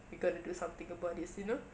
we got to do something about this you know